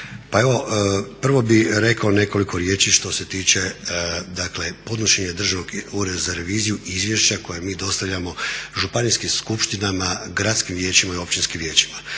Pa evo prvo bih rekao nekoliko riječi što se tiče dakle podnošenja Državnog ureda za reviziju izvješća koja mi dostavljamo županijskim skupštinama, gradskim vijećima i općinskim vijećima.